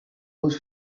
was